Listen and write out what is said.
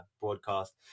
broadcast